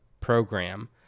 program